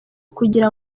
kugira